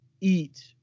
eat